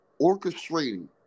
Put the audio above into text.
orchestrating